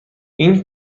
این